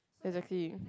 exactly